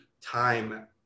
time